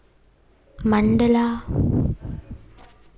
Mandla